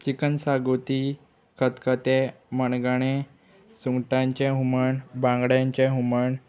chicken शागोती खतखतें मणगणें सुंगटांचें हुमण बांगड्यांचें हुमण